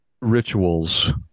rituals